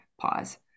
pause